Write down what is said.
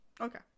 Okay